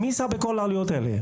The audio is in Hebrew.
מי יישא בכל העלויות האלה?